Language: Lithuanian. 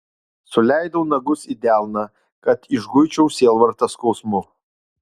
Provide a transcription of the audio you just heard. suleidau nagus į delną kad išguičiau sielvartą skausmu